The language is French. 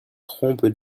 trompe